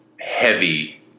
heavy